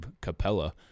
Capella